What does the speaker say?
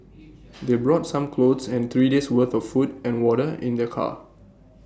they brought some clothes and three days' worth of food and water in their car